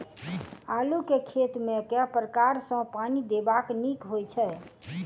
आलु केँ खेत मे केँ प्रकार सँ पानि देबाक नीक होइ छै?